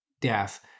death